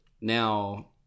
now